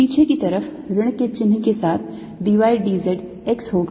पीछे की तरफ ऋण के चिह्न के साथ d y d z x होगा